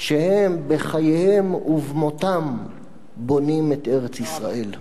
שהם בחייהם ובמותם בונים את ארץ ישראל.